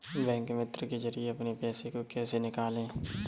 Bank मित्र के जरिए अपने पैसे को कैसे निकालें?